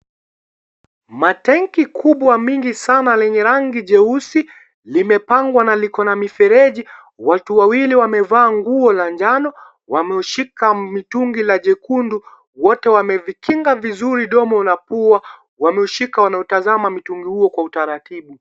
Matenki kubwa mingi Sana lenye rangi jeusi limepangwa na liko na mifereji ,watu wawili wamevaa nguo la njano, wameushika mitungi la jekundu. Wote wamevikinga vizuri domo na pua, wameushika wanautazama mtungi huu Kwa utaratibu.